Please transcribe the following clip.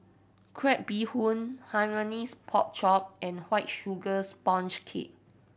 crab bee hoon Hainanese Pork Chop and White Sugar Sponge Cake